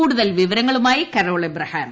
കൂടുതൽ വിവരങ്ങളുമായി Carol Abraham